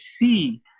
see